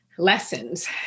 lessons